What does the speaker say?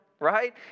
right